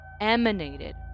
emanated